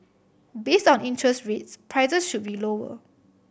base on interest rates prices should be lower